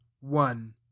one